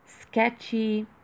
sketchy